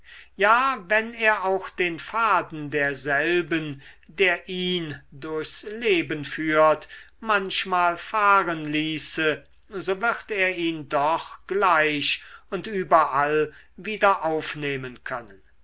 ja wenn er auch den faden derselben der ihn durchs leben führt manchmal fahren ließe so wird er ihn doch gleich und überall wieder aufnehmen können